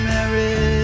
Mary